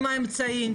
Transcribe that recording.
עם אמצעים,